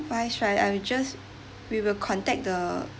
wise right I will just we will contact the